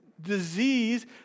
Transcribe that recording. disease